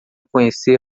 conhecer